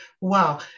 Wow